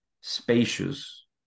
spacious